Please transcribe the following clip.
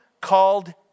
called